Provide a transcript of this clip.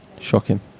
Shocking